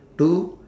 two